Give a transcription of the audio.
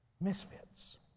misfits